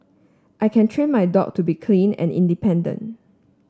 I can train my dog to be clean and independent